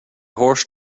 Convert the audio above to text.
horse